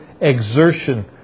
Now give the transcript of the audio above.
exertion